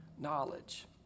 knowledge